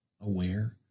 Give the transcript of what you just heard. aware